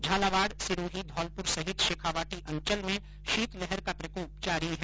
झालावाड़ सिरोही धौलपुर संहित शेखावाटी अंचल में शीतलहर का प्रकोप जारी है